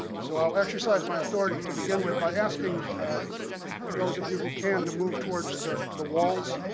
so i'll exercise my authority to begin with by asking those of you who can to move towards the the walls.